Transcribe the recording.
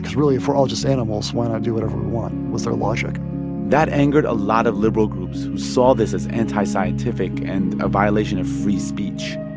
really, if we're all just animals, why not do whatever we want? was their logic that angered a lot of liberal groups who saw this as anti-scientific and a violation of free speech